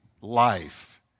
life